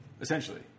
essentially